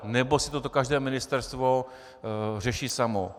Nebo si to každé ministerstvo řeší samo?